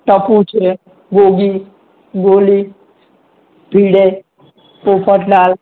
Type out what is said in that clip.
ટપુ છે ગોગી ગોલી ભીડે પોપટલાલ